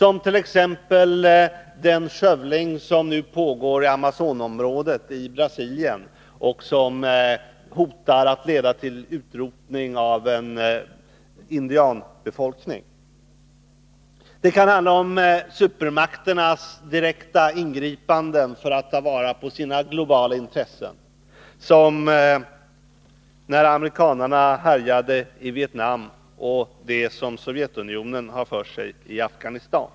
Ett exempel på det är den skövling som nu pågår i Amazonasområdet i Brasilien och som hotar att leda till utrotning av en indianbefolkning. Det kan handla om supermakternas direkta ingripanden för att ta vara på sina globala intressen, som amerikanernas härjningar i Vietnam och det som Sovjetunionen har för sig i Afghanistan.